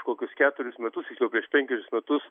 prieš kokius keturis metus tiksliau prieš penkerius metus